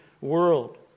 world